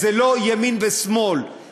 זה לא ימין ושמאל, תודה.